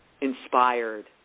inspired